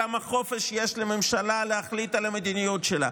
כמה חופש יש לממשלה להחליט על המדיניות שלה,